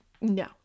No